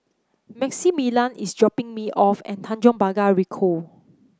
Maximillian is dropping me off at Tanjong Pagar Ricoh